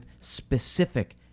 specific